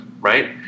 right